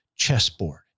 chessboard